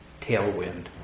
tailwind